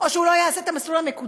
או שהוא לא יעשה את המסלול המקוצר?